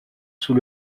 sous